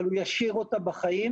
אבל הוא ישאיר אותה בחיים.